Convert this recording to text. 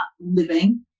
living